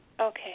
Okay